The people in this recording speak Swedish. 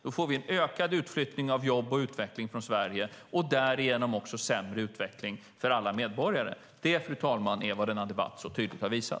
Då får vi en ökad utflyttning av jobb och utveckling från Sverige och därigenom sämre utveckling för alla medborgare. Det, fru talman, är vad denna debatt tydligt har visat.